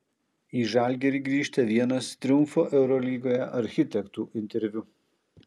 į žalgirį grįžta vienas triumfo eurolygoje architektų interviu